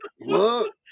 look